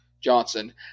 Johnson